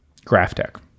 GraphTech